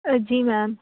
آ جی میم